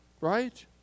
right